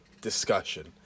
discussion